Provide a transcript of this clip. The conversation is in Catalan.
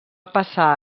passar